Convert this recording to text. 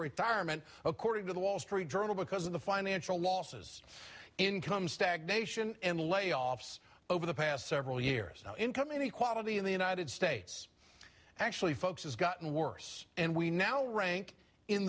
retirement according to the wall street journal because of the financial losses income stagnation and layoffs over the past several years no income inequality in the united states actually folks has gotten worse and we now rank in